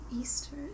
Easter